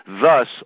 Thus